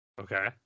okay